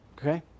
Okay